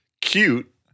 cute